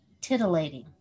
titillating